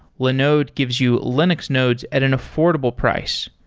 linode gives you linux nodes at an affordable price,